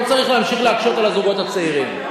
לא צריך להמשיך להקשות על הזוגות הצעירים.